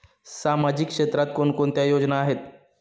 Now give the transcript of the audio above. सामाजिक क्षेत्रात कोणकोणत्या योजना आहेत?